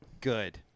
Good